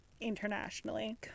internationally